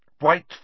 White